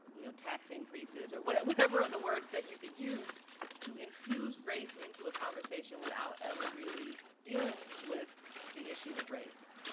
you know tax increases or whatever other words that you can use to infuse race into a conversation without ever really dealing with the issue of race.